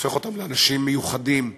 שהופכת אותם לאנשים מיוחדים,